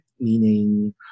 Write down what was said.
meaning